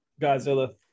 Godzilla